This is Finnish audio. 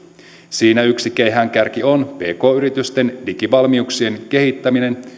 siinä yksi keihäänkärki on pk yritysten digivalmiuksien kehittäminen